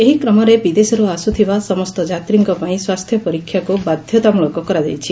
ଏହି କ୍ରମରେ ବିଦେଶରୁ ଆସୁଥିବା ସମସ୍ତ ଯାତ୍ରୀଙ୍କ ପାଇଁ ସ୍ୱାସ୍ଥ୍ୟ ପରୀକ୍ଷାକୁ ବାଧ୍ଧତାମୂଳକ କରାଯାଇଛି